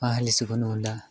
उहाँले सिकउनुहुँदा